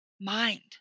mind